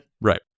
Right